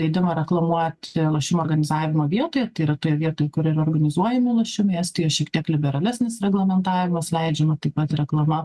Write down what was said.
leidimą reklamuot lošimų organizavimo vietoje tai yra toje vietoje kur yra organizuojami lošimai estijoje šiek tiek liberalesnis reglamentavimas leidžiama taip pat reklama